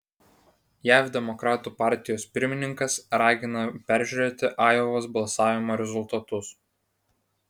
jav demokratų partijos pirmininkas ragina peržiūrėti ajovos balsavimo rezultatus